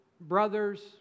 brothers